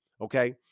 okay